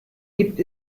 gibt